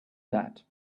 that